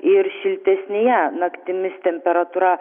ir šiltesnėje naktimis temperatūra